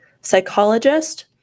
psychologist